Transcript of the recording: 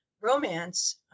romance